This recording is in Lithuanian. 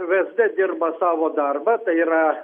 vsd dirba savo darbą tai yra